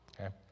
Okay